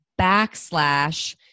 backslash